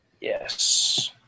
Yes